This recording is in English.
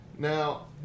Now